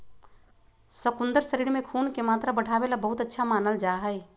शकुन्दर शरीर में खून के मात्रा बढ़ावे ला बहुत अच्छा मानल जाहई